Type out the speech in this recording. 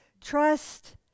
Trust